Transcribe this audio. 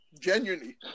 Genuinely